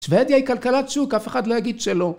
שבדיה היא כלכלת שוק, אף אחד לא יגיד שלא